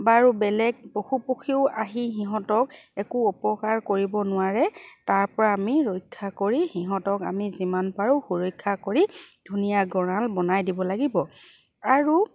বাৰু বেলেগ পশু পক্ষীও আহি সিহঁতক একো অপকাৰ কৰিব নোৱাৰে তাৰ পৰা আমি ৰক্ষা কৰি সিহঁতক আমি যিমান পাৰোঁ সুৰক্ষা কৰি ধুনীয়া গঁৰাল বনাই দিব লাগিব আৰু